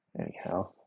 Anyhow